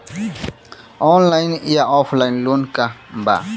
Online या offline loan का बा?